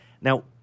Now